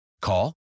Call